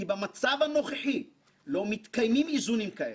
במצב הנוכחי לא מתקיימים איזונים כאלה,